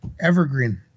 evergreen